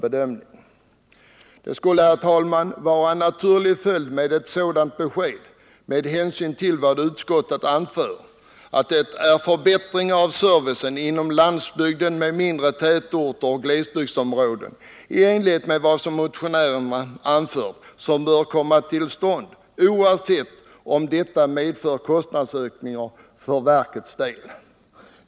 Ett sådant besked skulle, herr talman, vara en naturlig följd med hänsyn till att utskottet anför att det är förbättringar av servicen inom landsbygden och mindre tätorter samt glesbygdsområden i enlighet med vad motionärerna anfört som bör komma till stånd oavsett om detta kommer att medföra kostnadsökningar för verkets del eller inte.